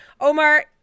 Omar